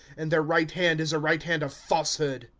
and their right hand is a right hand of falsehood.